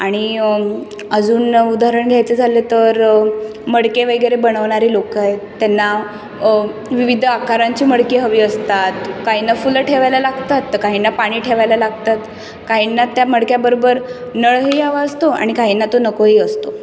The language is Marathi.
आणि अजून उदाहरण घ्यायचं झालं तर मडके वगैरे बनवणारे लोक आहे त्यांना विविध आकारांची मडकी हवी असतात काहींना फुलं ठेवायला लागतात तर काहींना पाणी ठेवायला लागतात काहींना त्या मडक्याबरोबर नळही हवा असतो आणि काहींना तो नकोही असतो